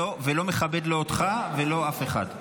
זה לא מכבד לא אותך ולא אף אחד.